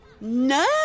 No